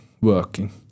working